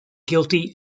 guilty